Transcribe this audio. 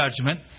judgment